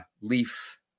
Leaf